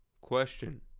question